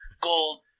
gold